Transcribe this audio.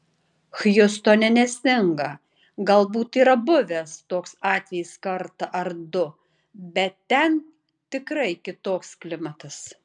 hjustone nesninga galbūt yra buvęs toks atvejis kartą ar du bet ten tikrai kitoks klimatas